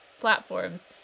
platforms